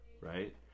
right